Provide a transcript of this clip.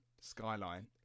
Skyline